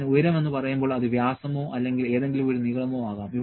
ഞാൻ ഉയരം എന്ന് പറയുമ്പോൾ അത് വ്യാസമോ അല്ലെങ്കിൽ ഏതെങ്കിലും ഒരു നീളമോ ആകാം